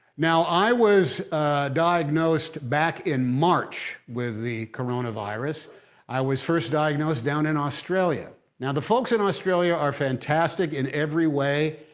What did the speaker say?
now, i was diagnosed back in march with the coronavirus i was first diagnosed down in australia. now, the folks in australia are fantastic in every way,